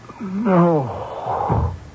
No